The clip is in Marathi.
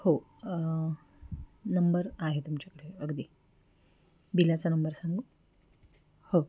हो नंबर आहे तुमच्याकडे अगदी बिलाचा नंबर सांगू हो